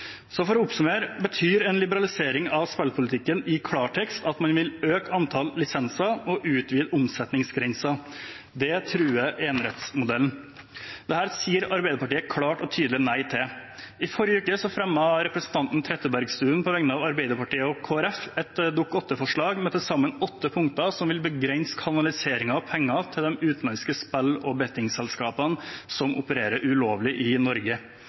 så betyr en liberalisering av spillpolitikken i klartekst at man vil øke antall lisenser og utvide omsetningsgrenser. Det truer enerettsmodellen. Dette sier Arbeiderpartiet klart og tydelig nei til. I forrige uke fremmet representanten Trettebergstuen, på vegne av Arbeiderpartiet og Kristelig Folkeparti, et Dokument 8-forslag med til sammen åtte punkter som vil begrense kanaliseringen av penger til de utenlandske spill- og bettingselskapene som opererer ulovlig i Norge.